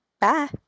Bye